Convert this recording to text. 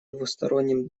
двусторонним